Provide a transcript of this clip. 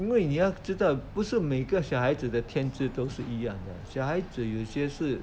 因为你要知道不是每个小孩子的天智都是一样的小孩子有些是